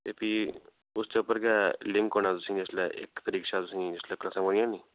ते उसदे उप्पर गै तुसेंगी भी लिंक औना इस आस्तै ते इक्क परीक्षा तुसेंगी करनी पौनी नी